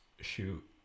shoot